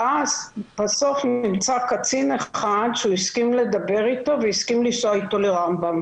בסוף נמצא קצין אחד שהוא הסכים לדבר איתו והסכים לנסוע איתו לרמב"ם,